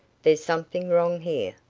there's something wrong here.